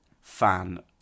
fan